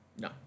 No